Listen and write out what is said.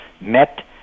met